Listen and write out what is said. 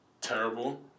terrible